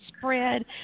spread